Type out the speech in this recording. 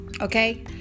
okay